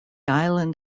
island